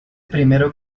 primero